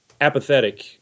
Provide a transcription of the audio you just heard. apathetic